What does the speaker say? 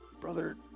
Brother